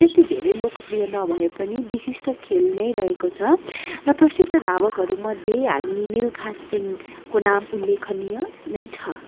त्यति धेरै लोकप्रिय नभए पनि विशिष्ट खेल नै रहेको छ र प्रसिद्ध धावकहरूमध्ये हामी मिल्खा सिंहको नाम उल्लेखनीय नै छ